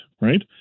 Right